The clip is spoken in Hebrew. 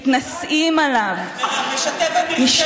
מתנשאים עליו, מה, את משתפת, תודה, חבר הכנסת חזן.